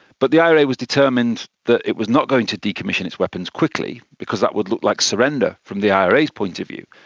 but the ira was determined that it was not going to decommission its weapons quickly, because that would look like surrender from the ira's point of view.